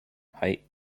hei